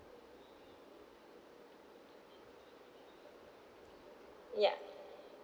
ya